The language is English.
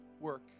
work